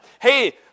Hey